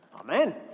Amen